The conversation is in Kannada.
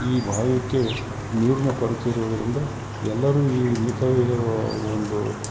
ಈ ಈ ಭಾಗಕ್ಕೆ ನೀರಿನ ಕೊರತೆಯಿರುವುದರಿಂದ ಎಲ್ಲರು ಈ ಮಿತವ್ಯಯ ಒಂದು